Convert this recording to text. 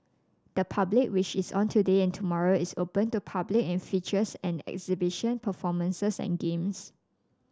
the public which is on today and tomorrow is open to public and features an exhibition performances and games